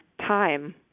time